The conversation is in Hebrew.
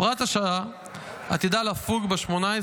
הוראת השעה עתידה לפוג ב-18